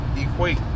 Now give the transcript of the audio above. equate